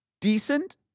decent